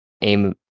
aim